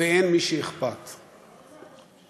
ואין מי שאכפת לו.